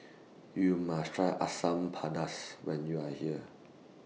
YOU must Try Asam Pedas when YOU Are here